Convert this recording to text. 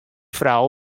frou